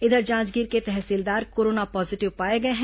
इधर जांजगीर के तहसीलदार कोरोना पॉजीटिव पाए गए हैं